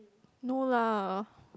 no lah